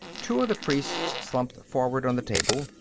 two of the priests slumped forward on the table.